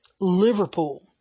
Liverpool